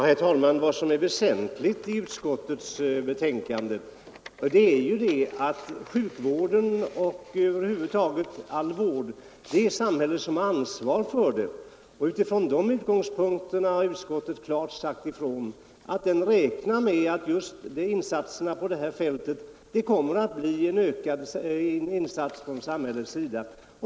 Herr talman! Vad som är väsentligt i utskottets betänkande är ju att det är samhället som har ansvar för sjukvården och vård över huvud taget. Utifrån den utgångspunkten har vi inom utskottsmajoriteten klart sagt ifrån, att vi räknar med att det på det här fältet kommer att bli en ökad insats från samhällets sida.